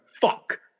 fuck